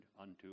unto